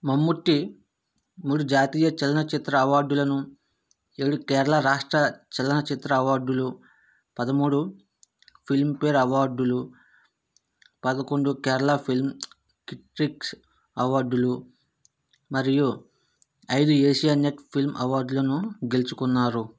మమ్ముట్టి మూడు జాతీయ చలనచిత్ర అవార్డులను ఏడు కేరళ రాష్ట్ర చలనచిత్ర అవార్డులు పదమూడు ఫిల్మ్ఫేర్ అవార్డులు పదకొండు కేరళ ఫిల్మ్ క్రిటిక్స్ అవార్డులు మరియు ఐదు ఏషియానెట్ ఫిల్మ్ అవార్డులను గెలుచుకున్నారు